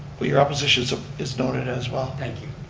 but your opposition so is noted as well. thank you.